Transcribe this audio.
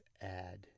add